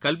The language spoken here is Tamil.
கல்வி